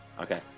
Okay